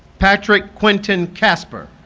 patrick quinton kasper